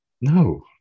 no